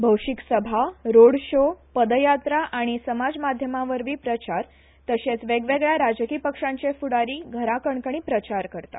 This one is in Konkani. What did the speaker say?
भौशीक सभा रोड शो पदयात्रा आनी समाज माध्यमां वरवीं प्रचार तशेंच वेगवेगळ्या राजकी पक्षांचे फुडारी घरा कणकणी प्रचार करतात